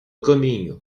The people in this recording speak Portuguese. caminho